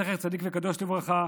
זכר צדיק וקדוש לברכה,